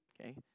okay